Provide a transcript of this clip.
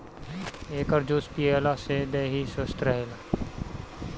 एकर juice पियला से देहि स्वस्थ्य रहेला